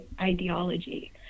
ideology